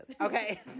Okay